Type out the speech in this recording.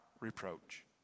reproach